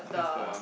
that's the